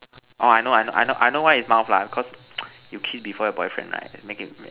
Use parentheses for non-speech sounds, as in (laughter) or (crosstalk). orh I know I know I know I know why is mouth lah because (noise) you kiss before your boyfriend right make him